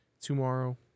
tomorrow